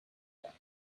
that